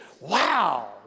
wow